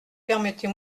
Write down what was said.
permettez